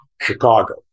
Chicago